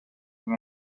than